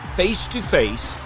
face-to-face